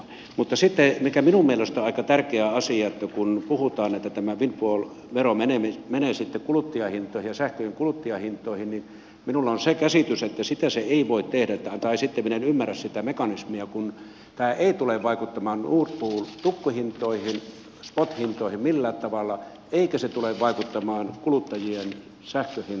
mutta sitten mikä minun mielestäni on aika tärkeä asia on että kun puhutaan että tämä windfall vero menee sitten kuluttajahintoihin ja sähkön kuluttajahintoihin niin minulla on se käsitys että sitä se ei voi tehdä tai sitten minä en ymmärrä sitä mekanismia kun tämä ei tule vaikuttamaan nord pool tukkuhintoihin spot hintoihin millään tavalla eikä se tule vaikuttamaan kuluttajien sähkön hintaan millään tavalla